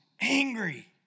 angry